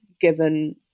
given